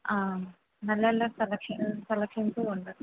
ആ നല്ല നല്ല സെലക്ഷന് സെലക്ഷന്സും ഉണ്ട്